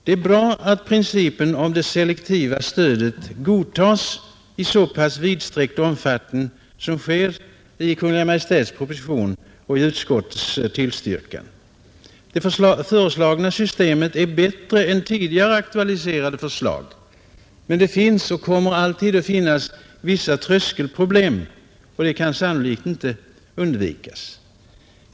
Det är bra att principen om det selektiva stödet godtas i så pass vidsträckt omfattning som sker i Kungl. Maj:ts proposition och i utskottets tillstyrkande. Det föreslagna systemet är bättre än tidigare Men det finns — och kommer alltid att finnas — vissa tröskelproblem.